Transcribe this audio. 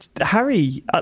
Harry